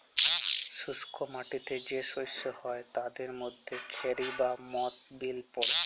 শুস্ক মাটিতে যে শস্য হ্যয় তাদের মধ্যে খেরি বা মথ বিল পড়ে